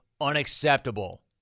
unacceptable